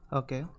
okay